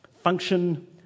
function